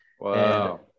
Wow